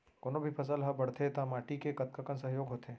कोनो भी फसल हा बड़थे ता माटी के कतका कन सहयोग होथे?